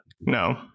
No